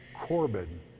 Corbin